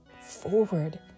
forward